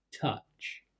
touch